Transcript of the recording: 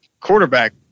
quarterback